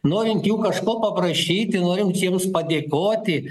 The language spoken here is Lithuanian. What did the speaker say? norint jų kažko paprašyti norint jiems padėkoti